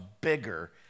bigger